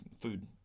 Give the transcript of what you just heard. food